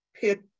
pit